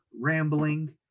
rambling